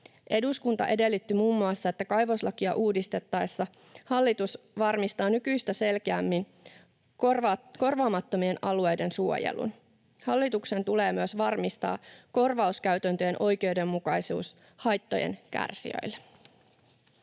Eduskunta edellytti muun muassa, että kaivoslakia uudistettaessa hallitus varmistaa nykyistä selkeämmin korvaamattomien alueiden suojelun. Hallituksen tulee myös varmistaa korvauskäytäntöjen oikeudenmukaisuus haittojen kärsijöille.